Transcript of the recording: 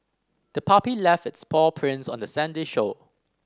the puppy left its paw prints on the sandy shore